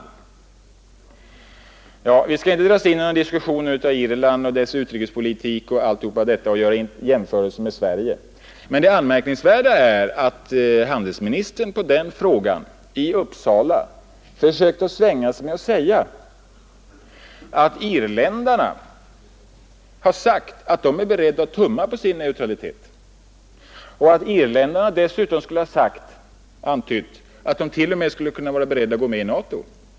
Vi skall nu inte ge oss in i någon diskussion om Irland och dess utrikespolitik och göra jämförelser med Sverige, men det anmärkningsvärda är att handelsministern på den frågan i Uppsala försökte svänga sig med att säga att irländarna har sagt att de är beredda att tumma på sin neutralitet. Irländarna skulle dessutom enligt herr Feldt ha antytt att de till och med kunde vara beredda att gå med i NATO.